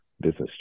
business